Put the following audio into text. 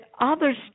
others